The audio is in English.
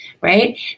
Right